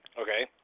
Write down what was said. Okay